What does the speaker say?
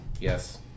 Yes